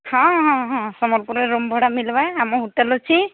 ହଁ ହଁ ହଁ ସମ୍ୱଲପୁରରେ ଭଡ଼ା ମିଳିବ ଆମ ହୋଟେଲ୍ ଅଛି